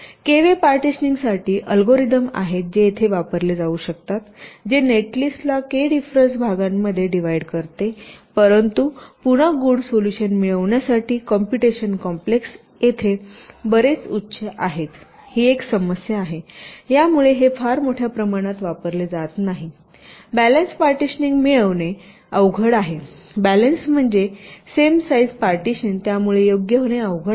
तर K way partitioning साठी algorithm आहेत जे येथे वापरले जाऊ शकतातजे नेटलिस्टला के डिफरेंस भागांमध्ये डिव्हाईड करते परंतु पुन्हा गुड सोल्युशन मिळविण्यासाठी कॉम्पुटेशन कॉम्प्लेक्स तेथे बरेच उच्च आहे तर ही एक समस्या आहे यामुळेहे फार मोठ्या प्रमाणात वापरले जात नाही बॅलन्स पार्टीशनिंग मिळविणे अवघड आहेबॅलन्स म्हणजे सेम साईज पार्टीशन त्या मुळे योग्य होणे अवघड आहे